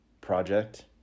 project